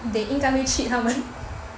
they 应该 cheat 他们